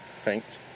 Thanks